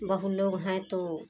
बहू लोग हैं तो